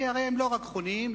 כי הרי הם לא רק חונים.